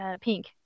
Pink